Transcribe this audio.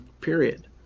period